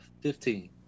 fifteen